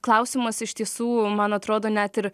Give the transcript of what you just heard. klausimas iš tiesų man atrodo net ir